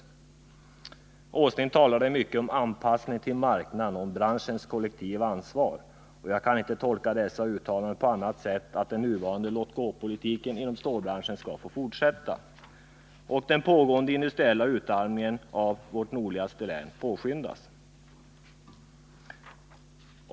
Herr Åsling talar om anpassning till marknaden och om branschens kollektiva ansvar. Jag kan inte tolka dessa uttalanden på annat sätt än att den nuvarande låtgåpolitiken inom stålbranschen skall få fortsätta och att den pågående industriella utarmningen av vårt nordligaste län påskyndas.